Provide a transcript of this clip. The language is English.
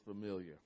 familiar